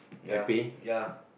ya ya